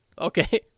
Okay